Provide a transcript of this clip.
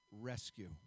rescue